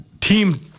team